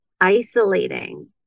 isolating